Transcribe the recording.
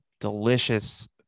delicious